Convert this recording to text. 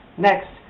next,